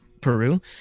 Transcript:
Peru